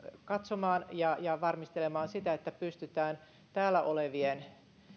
katsomaan ja ja valmistelemaan sitä että pystyttäisiin täällä olevien